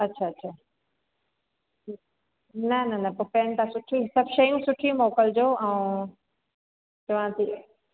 अच्छा अच्छा न न न पोइ पेन तव्हां सुठी सभु शयूं सुठी मोकिलजो ऐं चवां थी